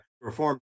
reform